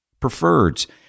Preferreds